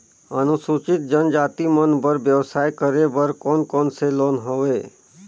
अनुसूचित जनजाति मन बर व्यवसाय करे बर कौन कौन से लोन हवे?